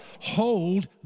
Hold